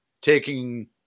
taking